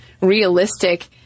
realistic